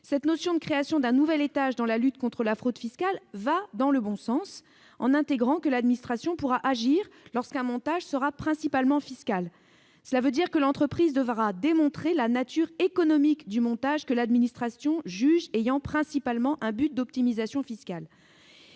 Cette création d'un nouvel étage dans la lutte contre la fraude fiscale va dans le bon sens en intégrant que l'administration pourra agir lorsqu'un montage sera « principalement » fiscal. Cela veut dire que l'entreprise devra démontrer la nature économique du montage dont l'administration juge qu'il a « principalement » un but d'optimisation fiscale.